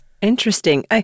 Interesting